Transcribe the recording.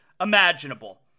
imaginable